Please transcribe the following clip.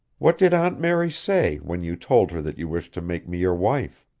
what did aunt mary say when you told her that you wished to make me your wife?